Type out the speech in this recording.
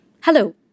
Hello